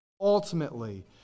ultimately